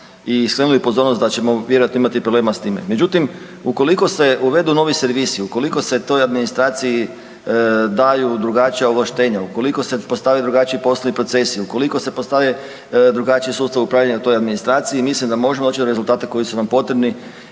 i skrenuli pozornost da ćemo vjerojatno imati problema s time. Međutim, ukoliko se uvedu novi servisi, ukoliko se toj administraciji daju drugačija ovlaštenja, ukoliko se postave drugačiji poslovni procesi, ukoliko se postavi drugačiji sustav upravljanja toj administraciji mislim da možemo doći do rezultata koji su nam potrebni